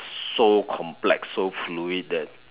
so complex so fluid that